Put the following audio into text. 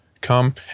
come